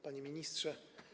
Panie Ministrze!